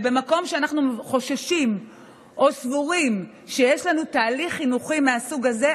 ובמקום שבו אנחנו חוששים או סבורים שיש לנו תהליך חינוכי מהסוג הזה,